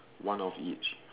one of each